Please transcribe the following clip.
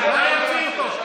נא להוציא אותו.